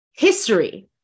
history